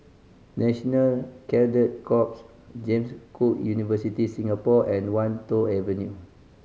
National Cadet Corps James Cook University Singapore and Wan Tho Avenue